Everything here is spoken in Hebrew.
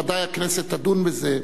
ודאי שהכנסת תדון בזה.